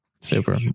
Super